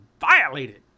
violated